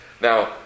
Now